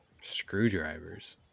Screwdrivers